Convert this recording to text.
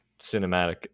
cinematic